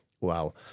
wow